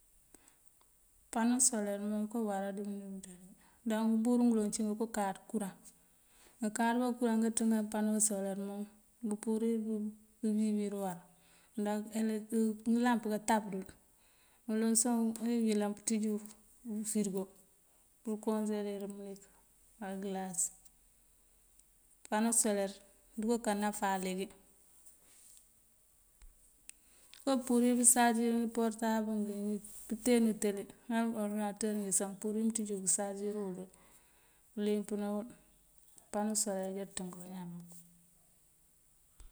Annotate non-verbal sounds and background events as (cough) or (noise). Pano soler mom kay awará dí uniw ndáh ngëëmburu ngëloŋ cí ngonko káaţ kuraŋ. Ngankáaţ bá kuraŋ anga cëkën pano soler mom, búpurir pëëviwër uwar ndáh (hesitation) ngëlamp kátáb dël. Uloŋ sáh apurir uyëlan pëënţíj ufërigo pëëkonjëlir mëlik ná ngëlas. Pano soler duko ká náfá leengi. (hesitation) wokoo purir kasarëgir portable ngí, pënten utele, ŋal ngëë orëdinatër mëmpurir mëënţíj uwël këësarësir uwël káleempëna wël. Pano soler ajá uţënk bañaan mak.